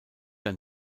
ein